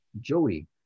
Joey